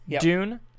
Dune